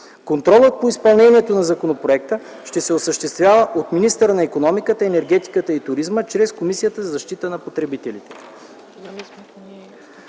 Контролът по изпълнението на законопроекта ще се осъществява от министъра на икономиката, енергетиката и туризма чрез Комисията за защита на потребителите.